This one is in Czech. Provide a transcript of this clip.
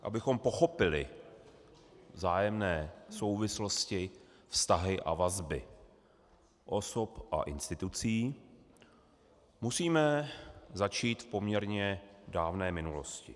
Abychom pochopili vzájemné souvislosti, vztahy a vazby osob a institucí, musíme začít v poměrně dávné minulosti.